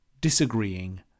disagreeing